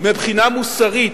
מבחינה מוסרית.